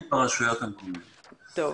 ברשויות המקומיות.